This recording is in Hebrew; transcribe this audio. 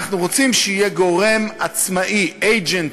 אנחנו רוצים שיהיה גורם עצמאי, agent,